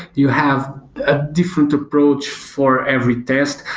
you have a different approach for every test,